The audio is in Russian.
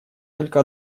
только